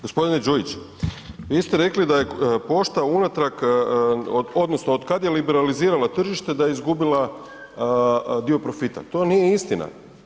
g. Đujiću, vi ste rekli da je pošta unatrag odnosno otkad je liberalizirala tržište da je izgubila dio profita, to nije istina.